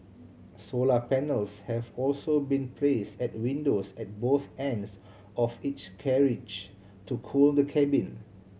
solar panels have also been place at windows at both ends of each carriage to cool the cabin